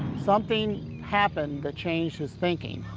something happened that changed his thinking.